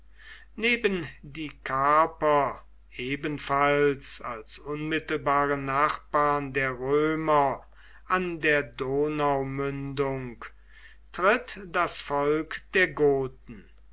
neben die carper ebenfalls als unmittelbare nachbarn der römer an der donaumündung tritt das volk der goten